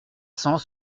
cent